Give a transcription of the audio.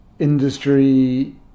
industry